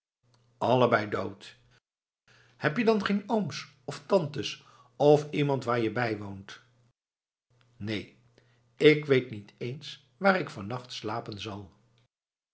allebei dood heb je dan geen ooms of tantes of iemand waar je bij woont neen k weet niet eens waar ik van nacht slapen zal